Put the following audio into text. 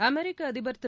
அமெரிக்க அதிபர் திரு